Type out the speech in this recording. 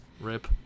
rip